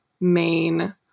main